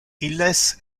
illes